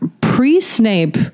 Pre-Snape